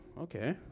okay